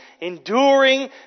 enduring